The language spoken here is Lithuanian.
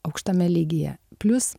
aukštame lygyje plius